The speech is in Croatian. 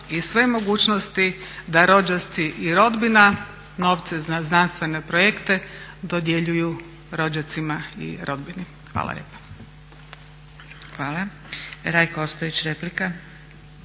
i sve mogućnosti da rođaci i rodbina novce za znanstvene projekte dodjeljuju rođacima i rodbini. Hvala lijepa.